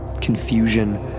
confusion